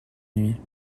nuit